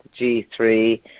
G3